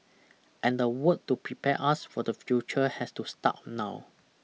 and the work to prepare us for the future has to start now